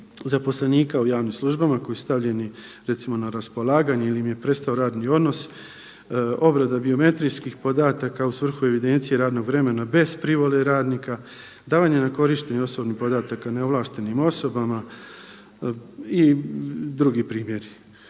zaposlenika u javnim službama koji su stavljeni recimo na raspolaganje ili im je prestao radni odnos, obrada biometrijskih podataka u svrhu evidencije radnog vremena bez privole radnika, davanje na korištenje osobnih podataka neovlaštenim osobama i drugi primjeri.